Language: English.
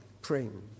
praying